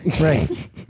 Right